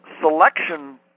selection